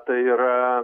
tai yra